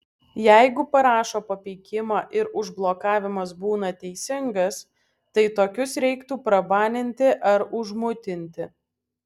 jeigu parašo papeikimą ir užblokavimas būna teisingas tai tokius reiktų prabaninti ar užmutinti